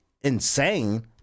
Insane